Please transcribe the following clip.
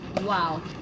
Wow